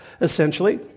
essentially